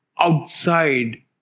outside